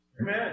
Amen